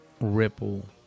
ripple